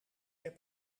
heb